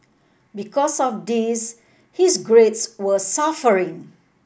because of this his grades were suffering